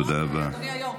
נכון, אדוני היושב-ראש?